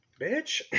bitch